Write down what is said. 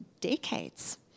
decades